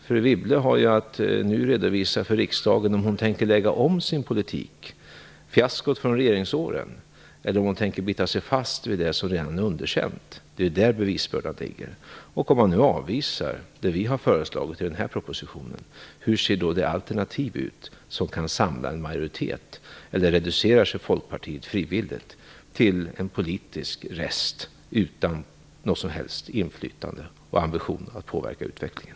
Fru Wibble har nu att redovisa för riksdagen om hon tänker lägga om sin politik - fiaskot från regeringsåren - eller om hon tänker bita sig fast vid det som redan är underkänt. Det är där bevisbördan ligger. Om man avvisar det vi har föreslagit i propositionen vill jag veta hur det alternativ som kan samla en majoritet ser ut. Eller reducerar sig Folkpartiet frivilligt till en politisk rest utan något som helst inflytande och utan ambition att påverka utvecklingen?